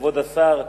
כבוד השר,